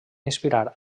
inspirar